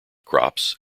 crops